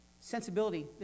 sensibility